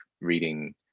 reading